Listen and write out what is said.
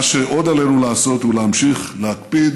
מה שעוד עלינו לעשות הוא להמשיך להקפיד